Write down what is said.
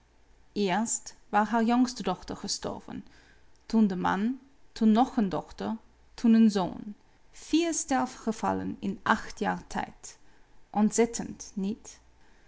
eerst was haar jongste dochter gestorven toen de man toen nog een dochter toen een zoon vier sterfgevallen in acht jaar tijd ontzettend niet